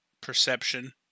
perception